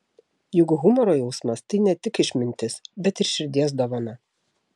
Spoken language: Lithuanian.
juk humoro jausmas tai ne tik išmintis bet ir širdies dovana